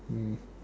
mm